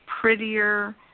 prettier